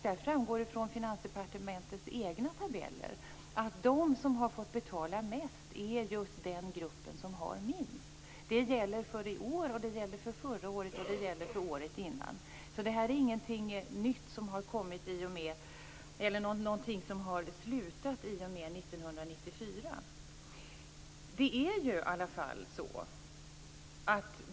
Det framgår av Finansdepartementets egna tabeller att de som har fått betala mest är just den grupp som har minst. Det gäller för i år och gällde för förra året och för året innan. Det är alltså inget som har slutat i och med 1994.